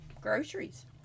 groceries